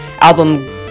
album